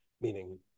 meaning